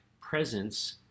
presence